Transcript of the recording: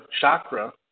chakra